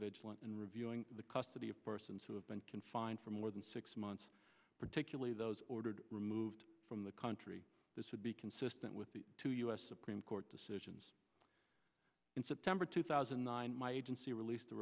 vigilant in reviewing the custody of persons who have been confined for more than six months particularly those ordered removed from the country this would be consistent with the two u s supreme court decisions in september two thousand and nine my agency released a